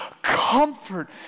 Comfort